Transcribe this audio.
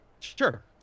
Sure